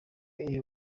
iyo